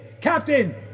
Captain